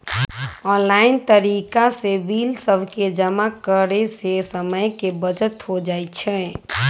online तरिका से bill सभके जमा करे से समय के बचत हो जाइ छइ